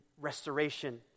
restoration